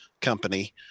company